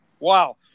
Wow